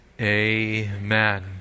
amen